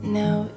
now